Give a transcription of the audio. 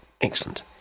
Excellent